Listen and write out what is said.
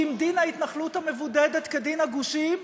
ואם דין ההתנחלות המבודדת כדין הגושים,